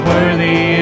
Worthy